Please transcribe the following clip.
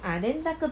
uh then 那个